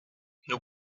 nous